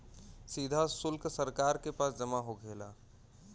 सीधा सुल्क सरकार के पास जमा होखेला